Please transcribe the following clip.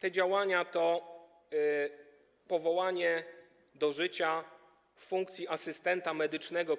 Te działania obejmują powołanie do życia funkcji asystenta medycznego,